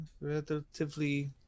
relatively